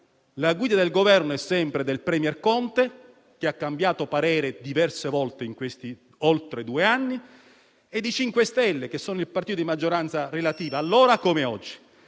La guida del Governo è sempre del *premier* Conte, che ha cambiato parere diverse volte questo periodo di oltre due anni, e del MoVimento 5 Stelle, che è il partito di maggioranza relativa allora come oggi.